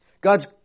God's